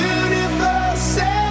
universe